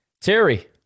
Terry